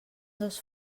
dels